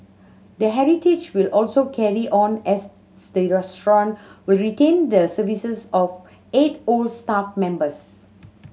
the heritage will also carry on as restaurant will retain the services of eight old staff members